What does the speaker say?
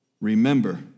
Remember